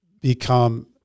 become